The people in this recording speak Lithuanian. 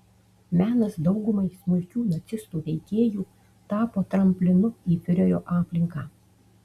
menas daugumai smulkių nacistų veikėjų tapo tramplinu į fiurerio aplinką